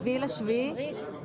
ואת המדרג השלישי שכולל תואר שני,